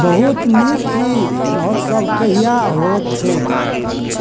बहुत नीक ई महोत्सव कहिआ होइत छैक